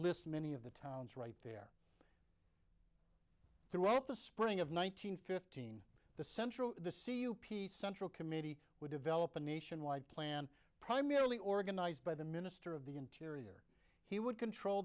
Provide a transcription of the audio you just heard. lists many of the towns right there throughout the spring of one nine hundred fifteen the central the c u peace central committee we develop a nationwide plan primarily organized by the minister of the interior he would control